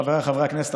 חבריי חברי הכנסת,